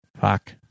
Fuck